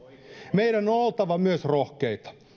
meidän on oltava myös rohkeita